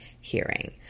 hearing